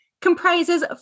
comprises